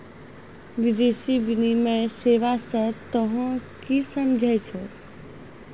विदेशी विनिमय सेवा स तोहें कि समझै छौ